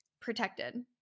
protected